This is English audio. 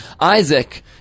Isaac